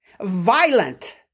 violent